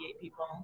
people